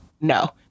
no